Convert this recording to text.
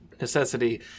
necessity